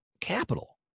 capital